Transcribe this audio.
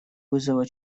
созыва